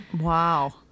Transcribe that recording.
Wow